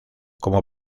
como